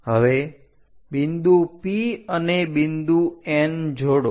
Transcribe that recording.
હવે બિંદુ P અને બિંદુ N જોડો